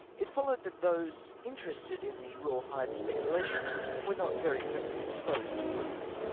it followed that those interested in the raw hide speculation were not very friendly disposed towards me.